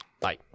Bye